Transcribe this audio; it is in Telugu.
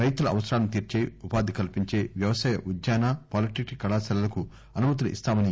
రైతుల అవసరాలను తీర్పే ఉపాధి కల్పించే వ్యవసాయ ఉద్యాన పాలిటెక్ని క్ కళాశాలలకు అనుమతులు ఇస్తామన్నారు